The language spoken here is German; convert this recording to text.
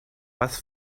was